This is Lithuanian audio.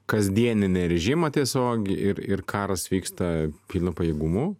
kasdieninį režimą tiesiog ir ir karas vyksta pilnu pajėgumu